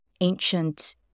ancient